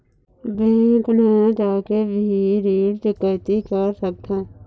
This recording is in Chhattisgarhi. बैंक न जाके भी ऋण चुकैती कर सकथों?